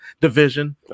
division